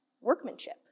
workmanship